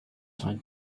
find